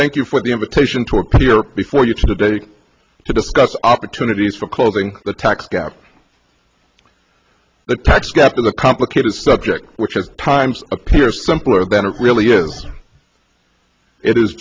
thank you for the invitation to appear before you today to discuss opportunities for clothing the tax gap the tax gap is a complicated subject which at times appears simpler than it really is it is